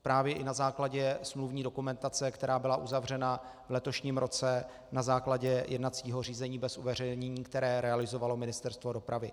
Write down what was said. Právě i na základě smluvní dokumentace, která byla uzavřena v letošním roce na základě jednacího řízení bez uveřejnění, které realizovalo Ministerstvo dopravy.